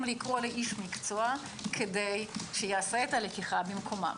לקרוא לאיש מקצוע כדי שיעשה את הלקיחה במקומם.